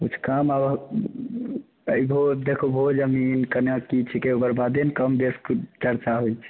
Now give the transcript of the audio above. किछु कम एबहो देखबहो जमीन केना की छीकै ओकर बादे ने कम बेसके चर्चा होइ छै